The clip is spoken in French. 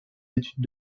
études